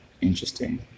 Interesting